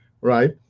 right